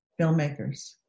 filmmakers